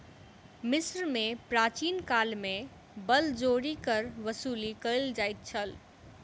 मिस्र में प्राचीन काल में बलजोरी कर वसूली कयल जाइत छल